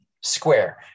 Square